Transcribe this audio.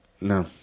no